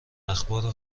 اخبار